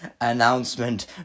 announcement